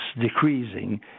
decreasing